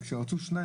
וכשרצו שניים,